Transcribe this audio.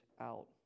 out